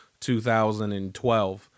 2012